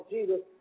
Jesus